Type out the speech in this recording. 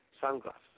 sunglasses